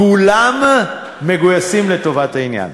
כולם מגויסים לטובת העניין.